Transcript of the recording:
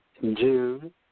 June